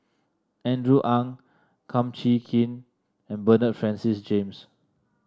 Andrew Ang Kum Chee Kin and Bernard Francis James